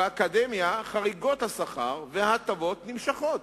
באקדמיה חריגות השכר וההטבות נמשכות,